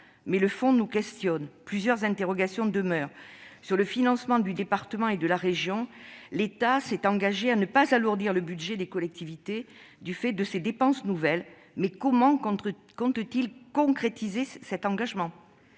mais le fond nous questionne. En effet, plusieurs interrogations demeurent. S'agissant du financement du département et de la région, l'État s'est engagé à ne pas alourdir le budget des collectivités du fait de dépenses nouvelles. Mais comment compte-t-il concrétiser cet engagement ?